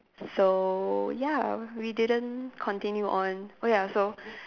so ya we didn't continue on oh ya so